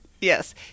Yes